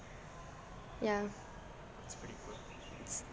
ya